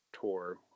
tour